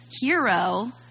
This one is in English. hero